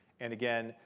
and again,